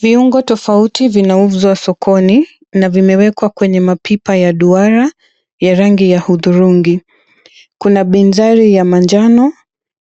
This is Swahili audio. Viungo tofauti vinauzwa sokoni na vimewekwa kwenye mapipa ya duara ya rangi ya hudhurungi. Kuna binzari ya manjano,